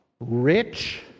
rich